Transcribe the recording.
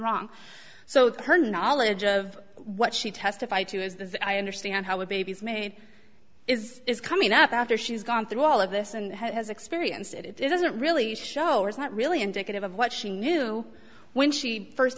wrong so her knowledge of what she testified to is that i understand how a baby's maid is coming up after she's gone through all of this and has experienced it it doesn't really show or is not really indicative of what she knew when she first